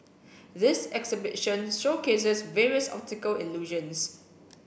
this exhibition showcases various optical illusions